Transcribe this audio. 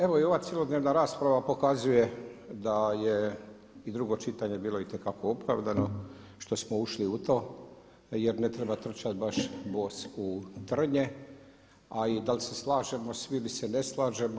Evo i ova cjelodnevna rasprava pokazuje da je i drugo čitanje bilo itekako opravdan što smo ušli u to jer ne treba trčati baš bos u trnje, a i da li se slažemo svi ili se ne slažemo?